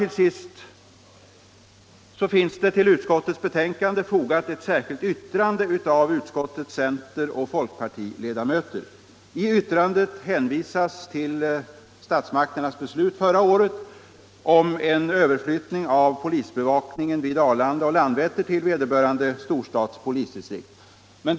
Vid betänkandet finns fogat ett särskilt yttrande av utskottets centerpartioch folkpartiledamöter. I yttrandet hänvisas till statsmakternas beslut förra året om en överflyttning av polisbevakningen vid Arlanda och Landvetter till vederbörande storstads polisdistrikt.